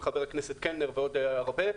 עם חבר הכנסת קלנר ועוד הרבה,